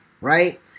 right